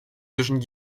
zwischen